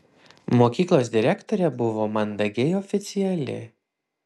mokyklos direktorė buvo mandagiai oficiali